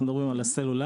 אנחנו מדברים על הסלולר,